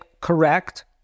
correct